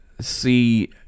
see